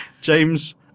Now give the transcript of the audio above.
James